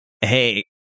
Hey